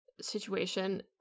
situation